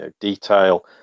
detail